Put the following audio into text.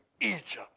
Egypt